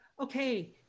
okay